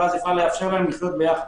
ולאפשר להם לחיות יחד.